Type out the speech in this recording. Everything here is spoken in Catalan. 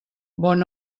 bon